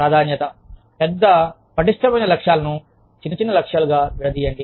ప్రాధాన్యత పెద్ద పటిష్టమైన లక్ష్యాలను చిన్న చిన్న లక్ష్యాలుగా విడదీయండి